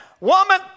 woman